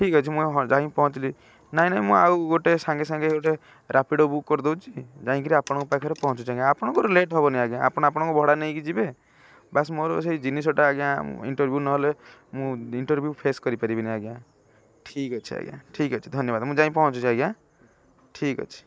ଠିକ୍ ଅଛି ମୁଁ ଯାଇ ପହଞ୍ଚିଲି ନାହିଁ ନାହିଁ ମୁଁ ଆଉ ଗୋଟେ ସାଙ୍ଗେ ସାଙ୍ଗେ ଗୋଟେ ରାପିଡ଼ୋ ବୁକ୍ କରିଦେଉଛି ଯାଇ କରି ଆପଣଙ୍କ ପାଖରେ ପହଞ୍ଚୁଛି ଆଜ୍ଞା ଆପଣଙ୍କର ଲେଟ୍ ହେବନି ଆଜ୍ଞା ଆପଣ ଆପଣଙ୍କ ଭଡ଼ା ନେଇକି ଯିବେ ବାସ୍ ମୋର ସେଇ ଜିନିଷଟା ଆଜ୍ଞା ଇଣ୍ଟରଭ୍ୟୁ ନହେଲେ ମୁଁ ଇଣ୍ଟରଭ୍ୟୁ ଫେସ୍ କରିପାରିବିନି ଆଜ୍ଞା ଠିକ୍ ଅଛି ଆଜ୍ଞା ଠିକ୍ ଅଛି ଧନ୍ୟବାଦ ମୁଁ ଯାଇ ପହଞ୍ଚୁଛି ଆଜ୍ଞା ଠିକ୍ ଅଛି